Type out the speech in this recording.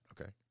okay